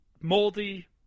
moldy